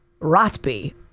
rotby